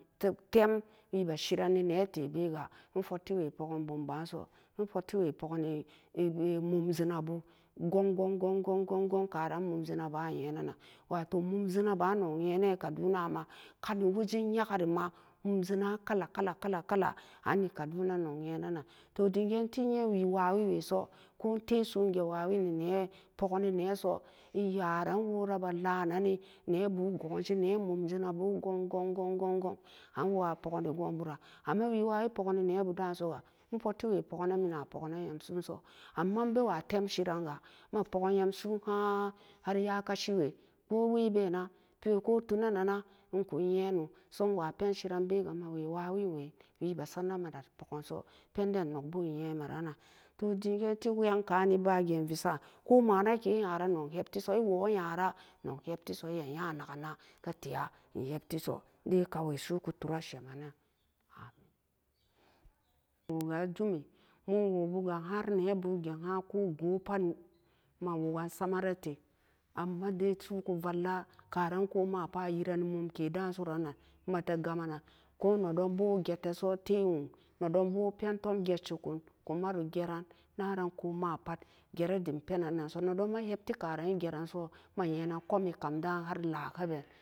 Teb-tem wibe shirani netebega infottiwe poggani bum ba'anso infottiwe poggani mumjenabu gon, gon, gon, gon, gon, gon karen mumjena ba'an a nyena nan wato mumjena ba'an nog, nye-ne kaduna'an ma kani wajen nyagarima mumgena akala, kala, kala, kala an e-kaduna nognyena nan to dim. geen til nyenwi-wayi we so korentesoon to gewawini nee-poggani neeso i'yaran wora ba la'an-nanni neebu goonse nee-mumsenabu gon, gon, gon, gon, gong, an-woo apoggani goonburan amma wii-wayi poggani nebu da'ansoga infottiwe pogganan minan poggananyam soono so amma inbewa tem shiranga imma poggan nyam soon ha'an har'iyakaciwe ko we bena kotunanana inkun nyeno. so nna pen shiranbega immawe wawinween riba saronan emate pogganso penden nogbo nyemeran nan to dimge'en tii weyan ka'an eba ge'en vian ko mancike yara nog heptiso iwo nyara nog heptiso iya nya nagana katera enheptiso dai kawe su'uku tura shema-nan ameen mo'oga ijumi mo'on woobuga harnebu eget ha'an ko gobpot imma wugan samarate ammade su'uku valla karan ko mapat ayirani mumke da'an soran-nan emate gama-nan ko nedonbo gettoso tee nwun nedonbo pentom getcikun ku maro geran naran ko ma pat gera dim penan-nanso nedonma hepti karan geranso ma-nyenam komikam da'an har la'a kaben.